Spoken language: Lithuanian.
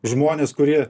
žmonės kurie